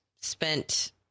spent